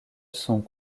sont